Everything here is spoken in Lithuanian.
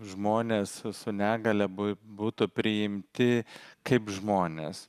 žmonės su negalia būtų priimti kaip žmonės